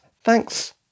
Thanks